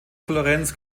florenz